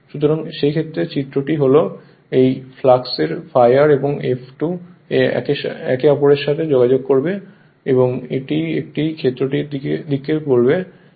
সুতরাং এই সেই চিত্রটি হল এই ফলের ফ্লাক্স ∅r এবং F2 একে অপরের সাথে যোগাযোগ করবে এবং এটি এই ক্ষেত্রটির দিককে কী বলবে